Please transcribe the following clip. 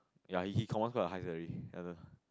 ya he he commands quite a high salary ya the